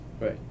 Right